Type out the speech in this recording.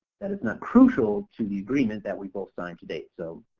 that is not crucial to the agreement that we both signed to date so.